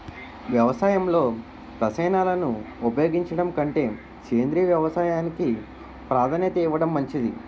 వ్యవసాయంలో రసాయనాలను ఉపయోగించడం కంటే సేంద్రియ వ్యవసాయానికి ప్రాధాన్యత ఇవ్వడం మంచిది